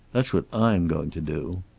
that's what i'm going to do.